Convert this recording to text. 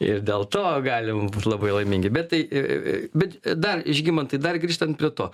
ir dėl to galim būt labai laimingi bet tai bet dar žygimantai dar grįžtant prie to